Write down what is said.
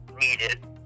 needed